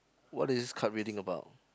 what is card reading about